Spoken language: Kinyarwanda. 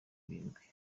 irindwi